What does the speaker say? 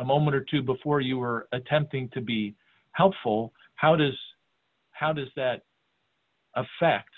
a moment or two before you were attempting to be helpful how does how does that affect